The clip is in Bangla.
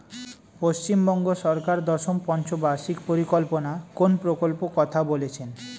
পশ্চিমবঙ্গ সরকার দশম পঞ্চ বার্ষিক পরিকল্পনা কোন প্রকল্প কথা বলেছেন?